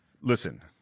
Listen